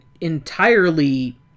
entirely